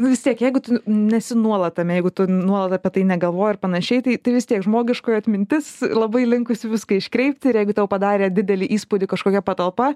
nu vis tiek jeigu tu nesi nuolat tame jeigu tu nuolat apie tai negalvoji ir panašiai tai vis tiek žmogiškoji atmintis labai linkusi viską iškreipti ir jeigu tau padarė didelį įspūdį kažkokia patalpa